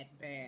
bad